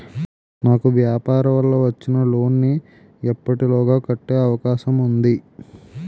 నాకు వ్యాపార వల్ల వచ్చిన లోన్ నీ ఎప్పటిలోగా కట్టే అవకాశం ఉంది?